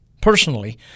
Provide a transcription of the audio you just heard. Personally